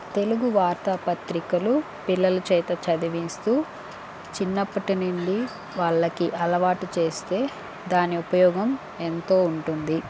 తెలుగు వార్తాపత్రికలు పిల్లల చేత చదివిస్తూ చిన్నప్పటినుండి వాళ్ళకి అలవాటు చేస్తే దాని ఉపయోగం ఎంతో ఉంటుంది